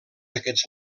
aquests